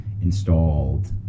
installed